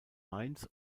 mainz